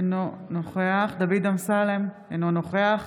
אינו נוכח דוד אמסלם, אינו נוכח